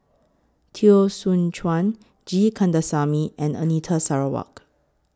Teo Soon Chuan G Kandasamy and Anita Sarawak